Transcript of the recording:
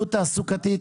בבריאות תעסוקתית.